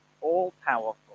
all-powerful